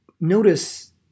Notice